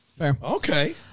okay